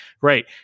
great